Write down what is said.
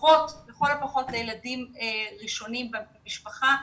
לכל הפחות לילדים ראשונים במשפחה.